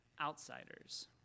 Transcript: outsiders